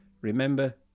Remember